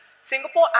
singapore